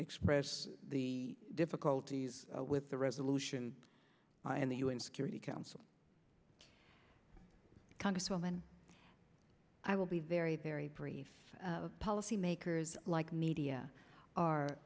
express the difficulties with the resolution and the u n security council congresswoman i will be very very brief policymakers like media are